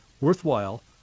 worthwhile